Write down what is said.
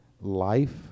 life